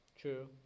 True